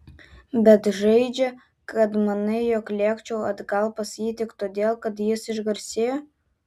bet žeidžia kad manai jog lėkčiau atgal pas jį tik todėl kad jis išgarsėjo